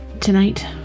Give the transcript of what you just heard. tonight